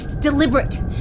deliberate